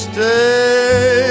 Stay